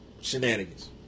shenanigans